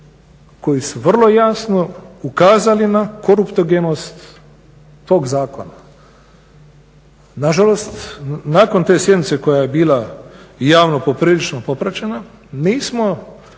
koji su vrlo jasno ukazali na koruptogenost tog zakona. Nažalost, nakon te sjednice koja je bila javno poprilično popraćena nismo